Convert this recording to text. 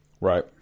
Right